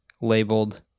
labeled